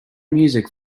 music